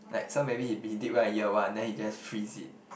like so maybe he he did well in year one then he just freeze it